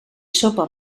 sopa